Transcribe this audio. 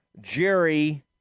Jerry